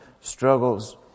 struggles